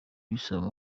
bisaba